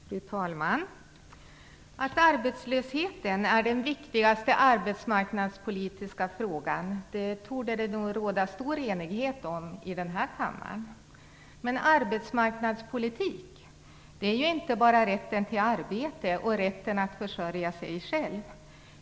Fru talman! Att arbetslösheten är den viktigaste arbetsmarknadspolitiska frågan torde det råda stor enighet om i den här kammaren. Men arbetsmarknadspolitik är ju inte bara rätten till arbete och rätten att försörja sig själv.